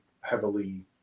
heavily